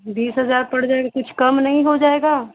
बीस हज़ार पड़ जाएगा कुछ कम नहीं हो जाएगा